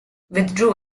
withdrew